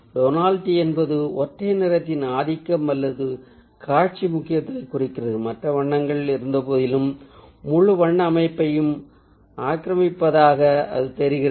tonality என்பது ஒற்றை நிறத்தின் ஆதிக்கம் அல்லது காட்சி முக்கியத்துவத்தைக் குறிக்கிறது மற்ற வண்ணங்கள் இருந்தபோதிலும் முழு வண்ண அமைப்பையும் ஆக்ரமிப்பதாக அது தெரிகிறது